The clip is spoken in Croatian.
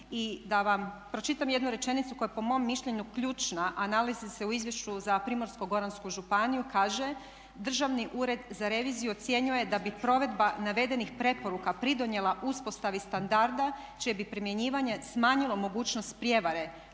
I da vam pročitam jednu rečenicu koja je po mom mišljenju ključna, a nalazi se u izvješću za Primorsko-goransku županiju kaže: "Državni ured za reviziju ocjenjuje da bi provedba navedenih preporuka pridonijela uspostavi standarda čije bi primjenjivanje smanjilo mogućnost prijevare,